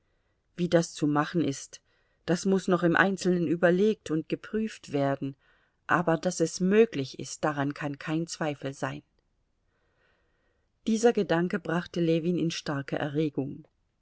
wie das zu machen ist das muß noch im einzelnen überlegt und geprüft werden aber daß es möglich ist daran kann kein zweifel sein dieser gedanke brachte ljewin in starke erregung